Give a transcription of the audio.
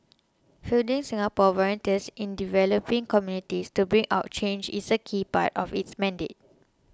fielding Singapore volunteers in developing communities to bring about change is a key part of its mandate